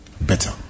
better